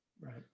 Right